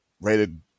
rated